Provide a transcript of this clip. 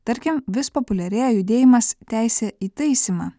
tarkim vis populiarėja judėjimas teisė į taisymą